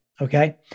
Okay